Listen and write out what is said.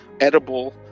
edible